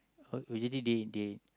uh usually they they